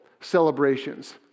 celebrations